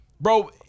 Bro